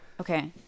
Okay